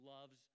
loves